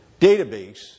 database